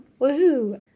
Woohoo